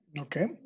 Okay